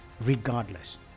regardless